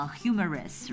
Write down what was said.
humorous